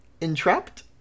Entrapped